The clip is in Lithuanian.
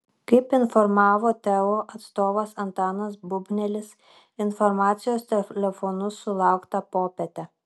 kaip informavo teo atstovas antanas bubnelis informacijos telefonu sulaukta popietę